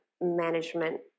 management